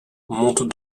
monte